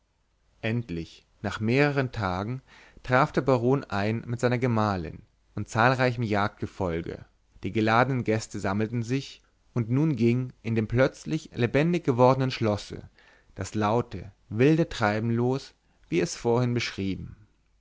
endlich nach mehreren tagen traf der baron ein mit seiner gemahlin und zahlreichem jagdgefolge die geladenen gäste sammelten sich und nun ging in dem plötzlich lebendig gewordenen schlosse das laute wilde treiben los wie es vorhin beschrieben